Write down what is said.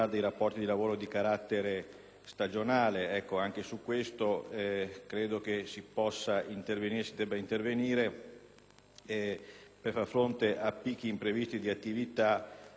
per far fronte a picchi imprevisti di attività, specialmente nelle aree turistiche - penso alla mia area di montagna, ma anche alle aree lacustri